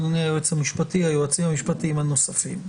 אדוני היועץ המשפטי והיועצים המשפטיים הנוספים,